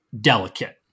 delicate